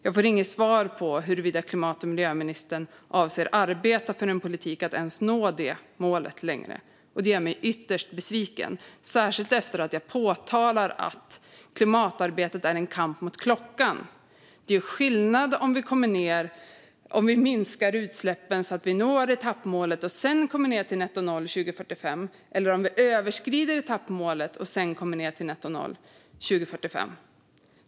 Jag får inget svar på huruvida klimat och miljöministern avser att arbeta för en politik för att ens nå detta mål längre. Det gör mig ytterst besviken, särskilt efter att jag påpekat att klimatarbetet är en kamp mot klockan. Det är skillnad om vi minskar utsläppen så att vi når etappmålet och sedan kommer ned till nettonoll 2045 eller om vi överskrider etappmålet och sedan kommer ned till nettonoll 2045.